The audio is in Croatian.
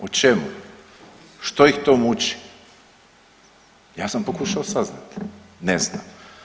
O čemu, što ih to muču, ja sam pokušao saznati, ne znam.